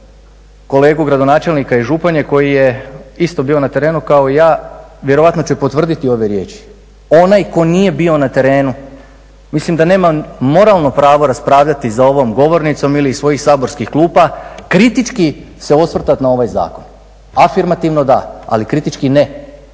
kolegu gradonačelnika iz Županje koji je isto bio na terenu kao i ja, vjerojatno će potvrditi ove riječi, onaj tko nije bio na terenu mislim da nema moralno pravo raspravljati za ovom govornicom ili iz svojih saborskih klupa, kritički se osvrtati na ovaj zakon. Afirmativno da, ali kritički ne.